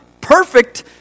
perfect